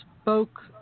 spoke